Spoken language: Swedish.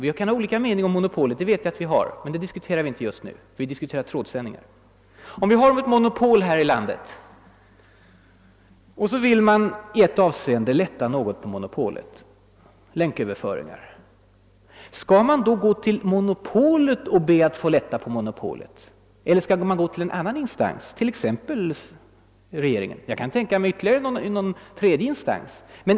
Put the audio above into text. Vi kan ha olika meningar om monopolet — och det vet jag att vi har — men det är inte det vi diskuterar just nu; vi diskuterar trådsändningar. Om vi har ett monopol och i något avseende vill lätta på det, nämligen beträffande länköverföring, skall man då gå till monopolet och be att få lätta på monopolet, eller skall man gå till någon annan instans, t.ex. till regeringen? Jag kan också tänka mig en tredje instans.